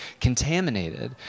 contaminated